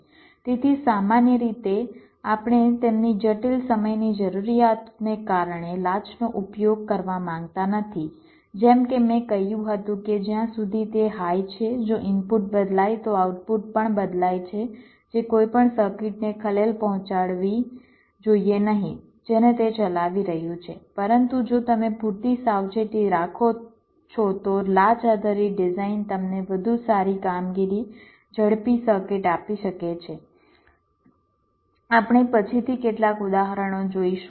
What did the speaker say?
તેથી સામાન્ય રીતે આપણે તેમની જટિલ સમયની જરૂરિયાતને કારણે લાચનો ઉપયોગ કરવા માંગતા નથી જેમ કે મેં કહ્યું હતું કે જ્યાં સુધી તે હાઈ છે જો ઇનપુટ બદલાય તો આઉટપુટ પણ બદલાય છે જે કોઈ પણ સર્કિટને ખલેલ પહોંચાડવી જોઈએ નહીં જેને તે ચલાવી રહ્યું છે પરંતુ જો તમે પૂરતી સાવચેતી રાખો છો તો લાચ આધારિત ડિઝાઇન તમને વધુ સારી કામગીરી ઝડપી સર્કિટ આપી શકે છે આપણે પછીથી કેટલાક ઉદાહરણો જોઈશું